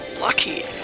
lucky